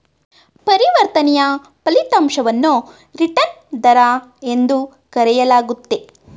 ಪರಿವರ್ತನೆಯ ಫಲಿತಾಂಶವನ್ನು ರಿಟರ್ನ್ ದರ ಎಂದು ಕರೆಯಲಾಗುತ್ತೆ